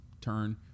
turn